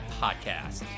Podcast